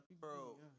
Bro